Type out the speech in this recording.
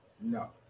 No